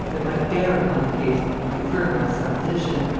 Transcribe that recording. that might bear upon the case and confirm my supposition.